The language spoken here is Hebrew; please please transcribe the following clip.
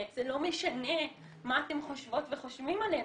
זה לא משנה מה אתן חושבות וחושבים עלינו.